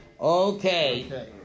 Okay